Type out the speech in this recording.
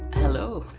hello.